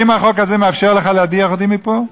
האם החוק הזה מאפשר לך להדיח אותי מפה?